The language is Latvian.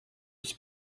esi